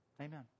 Amen